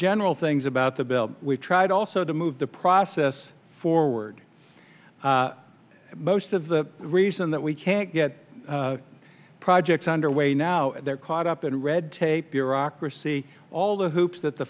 general things about the bill we tried also to move the process forward most of the reason that we can't get projects underway now they're caught up in red tape bureaucracy all the hoops th